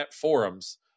forums